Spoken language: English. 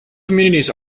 communities